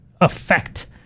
effect